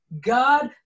God